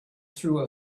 through